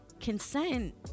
consent